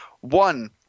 One